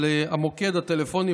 על המוקד הטלפוני.